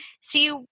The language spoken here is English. see